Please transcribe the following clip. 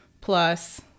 plus